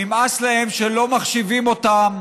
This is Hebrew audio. נמאס להם שלא מחשיבים אותם,